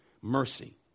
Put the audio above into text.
Mercy